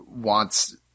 wants